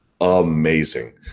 amazing